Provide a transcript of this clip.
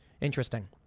Interesting